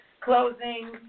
closing